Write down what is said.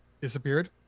disappeared